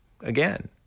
again